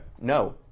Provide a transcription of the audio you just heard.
No